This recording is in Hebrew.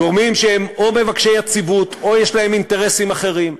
גורמים שהם או מבקשי יציבות או שיש להם אינטרסים אחרים.